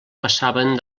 passaven